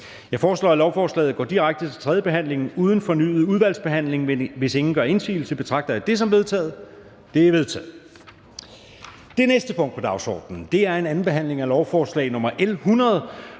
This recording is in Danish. Jeg foreslår, at lovforslaget går direkte til tredje behandling uden fornyet udvalgsbehandling. Hvis ingen gør indsigelse, betragter jeg det som vedtaget. Det er vedtaget. --- Det næste punkt på dagsordenen er: 8) 2. behandling af lovforslag nr. L 100: